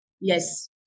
Yes